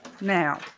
Now